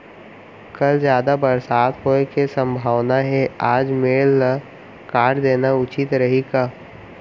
कल जादा बरसात होये के सम्भावना हे, आज मेड़ ल काट देना उचित रही का?